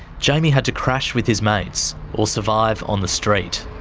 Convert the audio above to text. jamy had to crash with his mates or survive on the street.